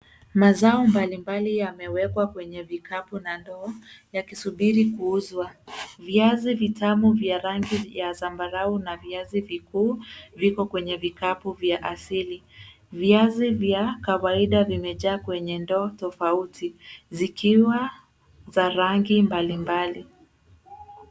Mazao mbalimbali yamewekwa kwenye vikapu na ndoo yakisubiri kuuzwa. Viazi vitamu vya rangi ya zambarau na viazi vikuu viko kwenye vikapu vya asili. Viazi vya kawaida vimejaa kwenye ndoo tofauti zikiwa za rangi mbalimbali.